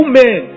men